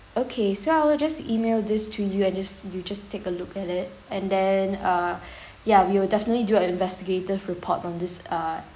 okay so I will just email this to you and just you just take a look at it and then uh yeah we will definitely do a investigative report from this uh